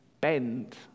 bend